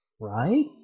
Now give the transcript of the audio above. right